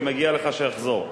ומגיע לך שאחזור.